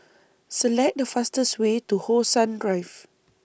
Select The fastest Way to How Sun Drive